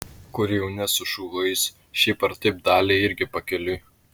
kur jau ne sušuko jis šiaip ar taip daliai irgi pakeliui